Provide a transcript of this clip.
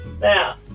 Now